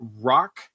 Rock